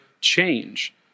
change